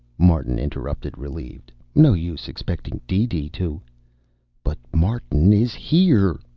martin interrupted, relieved. no use expecting deedee to but martin is here!